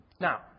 Now